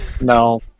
No